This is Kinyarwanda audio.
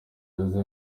aze